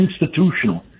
institutional